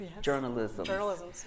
journalism